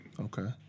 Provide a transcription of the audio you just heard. Okay